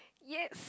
yes